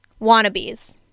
wannabes